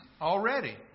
already